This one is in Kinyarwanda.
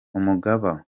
umugaba